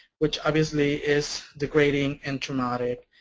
which obviously is degrading and traumatic.